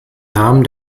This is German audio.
namen